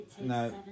No